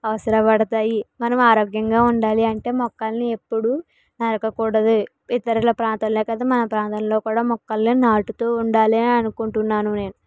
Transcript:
అవసరపడుతాయి మనం ఆరోగ్యంగా ఉండాలి అంటే మొక్కలను ఎప్పుడు నరకకూడదు ఇతరుల ప్రాంతంలోకి కాదు మన ప్రాంతంలో కూడా మొక్కలను నాటుతూ ఉండాలి అనుకుంటున్నాను నేను